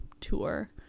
tour